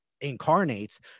incarnates